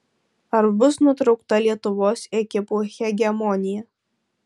ar bus nutraukta lietuvos ekipų hegemonija